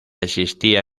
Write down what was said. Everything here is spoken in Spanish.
existía